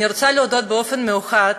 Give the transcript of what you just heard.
אני רוצה להודות באופן מיוחד